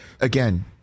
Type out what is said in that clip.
again